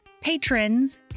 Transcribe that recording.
patrons